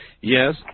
Yes